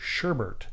sherbert